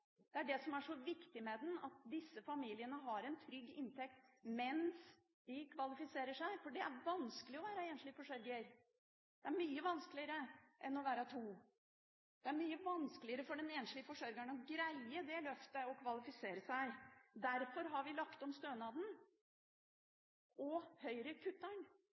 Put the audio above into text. i arbeid. Det som er så viktig med den, er at disse familiene har en trygg inntekt mens de kvalifiserer seg, for det er vanskelig å være enslig forsørger – mye vanskeligere enn å være to. Det er mye vanskeligere for den enslige forsørgeren å greie det løftet å kvalifisere seg. Derfor har vi lagt om stønaden. Høyre kutter